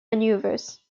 maneuvers